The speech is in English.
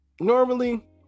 normally